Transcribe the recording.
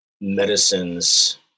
medicines